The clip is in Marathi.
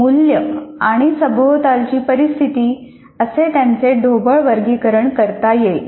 मूल्य आणि सभोवतालची परिस्थिती असे त्याचे ढोबळ वर्गीकरण करता येईल